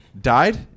died